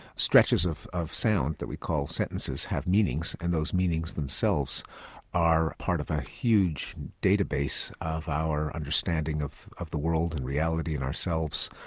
stretches of of sound that we call sentences have meanings and those meanings themselves are part of a huge database of our understanding of of the world and reality and ourselves.